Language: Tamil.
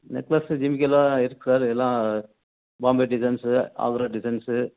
நெக்லஸ்ஸு ஜிமிக்கி எல்லாம் இருக்குது சார் எல்லாம் பாம்பே டிசைன்ஸு அவுரா டிசைன்ஸு